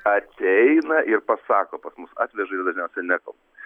ateina ir pasako pas mus atveža ir dažniausiai nekalba